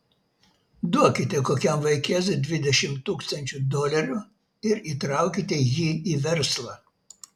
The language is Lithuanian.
duokite kokiam vaikėzui dvidešimt tūkstančių dolerių ir įtraukite jį į verslą